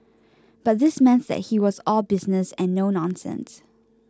but this meant that he was all business and no nonsense